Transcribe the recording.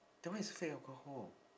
that one is fake alcohol